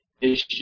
issue